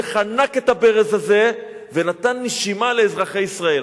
שחנק את הברז הזה ונתן נשימה לאזרחי ישראל.